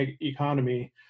economy